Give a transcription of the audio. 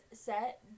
set